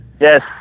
Yes